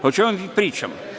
O čemu mi pričamo?